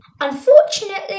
Unfortunately